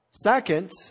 Second